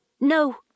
No